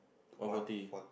one forty